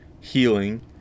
healing